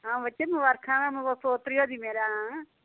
आं बच्चा मबारखां न पोत्तरी होई दी मेरे ई